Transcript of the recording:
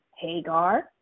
Hagar